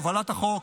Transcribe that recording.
על הובלת החוק.